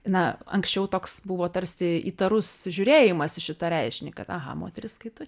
na anksčiau toks buvo tarsi įtarus žiūrėjimas į šitą reiškinį kad aha moteris skaito